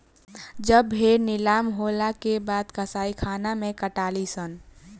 जब भेड़ नीलाम होला के बाद कसाईखाना मे कटाली सन